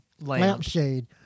lampshade